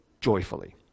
joyfully